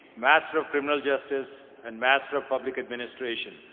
master of criminal justice and master of public administration.